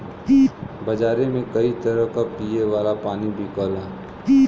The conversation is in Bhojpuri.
बजारे में कई तरह क पिए वाला पानी बिकला